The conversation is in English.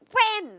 friend